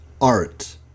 Art